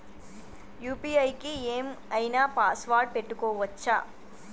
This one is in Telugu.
యూ.పీ.ఐ కి ఏం ఐనా పాస్వర్డ్ పెట్టుకోవచ్చా?